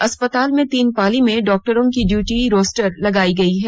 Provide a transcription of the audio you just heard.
अस्पताल में तीन पाली में डॉक्टरों की ड्यूटी रोस्टर लगाई गई है